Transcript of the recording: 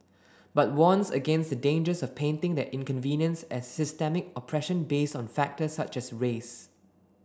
but warns against the dangers of painting that inconvenience as systemic oppression based on factors such as race